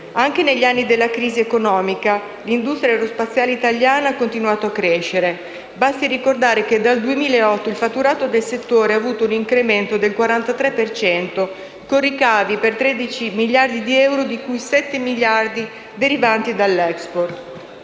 Anche negli anni della crisi economica l'industria aerospaziale italiana ha continuato a crescere. Basti ricordare che dal 2008 il fatturato del settore ha avuto un incremento del 43 per cento, con ricavi per 13 miliardi di euro, di cui 7 miliardi derivanti dall'*export*.